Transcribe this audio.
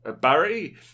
Barry